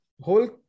whole